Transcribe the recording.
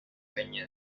peña